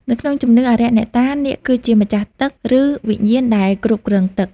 នៅក្នុងជំនឿអារក្សអ្នកតា នាគគឺជា ម្ចាស់ទឹក ឬវិញ្ញាណដែលគ្រប់គ្រងទឹក។